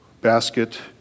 basket